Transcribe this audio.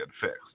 fixed